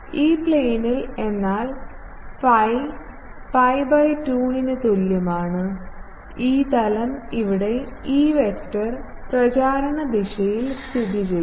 E plane എന്നാൽ phi pi2 ന് തുല്യമാണ് ഇ തലം ഇവിടെ ഇ വെക്റ്റർ പ്രചാരണ ദിശയിൽ സ്ഥിതിചെയ്യുന്നു